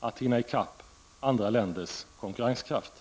att hinna i kapp andra länders konkurrenskraft.